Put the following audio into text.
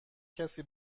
کسی